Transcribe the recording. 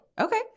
Okay